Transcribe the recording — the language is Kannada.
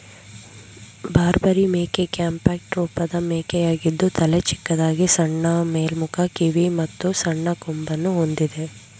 ಬಾರ್ಬರಿ ಮೇಕೆ ಕಾಂಪ್ಯಾಕ್ಟ್ ರೂಪದ ಮೇಕೆಯಾಗಿದ್ದು ತಲೆ ಚಿಕ್ಕದಾಗಿ ಸಣ್ಣ ಮೇಲ್ಮುಖ ಕಿವಿ ಮತ್ತು ಸಣ್ಣ ಕೊಂಬನ್ನು ಹೊಂದಿದೆ